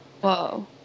whoa